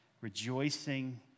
Rejoicing